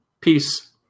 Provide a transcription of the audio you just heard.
Peace